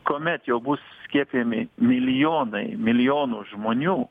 kuomet jau bus skiepijami milijonai milijonus žmonių